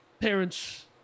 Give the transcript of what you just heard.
parents